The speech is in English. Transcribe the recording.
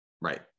Right